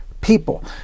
people